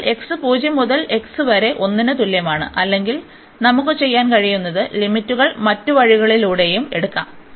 അതിനാൽ x 0 മുതൽ x വരെ 1 ന് തുല്യമാണ് അല്ലെങ്കിൽ നമുക്ക് ചെയ്യാൻ കഴിയുന്നത് ലിമിറ്റുകൾ മറ്റ് വഴികളിലൂടെയും എടുക്കാം